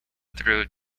through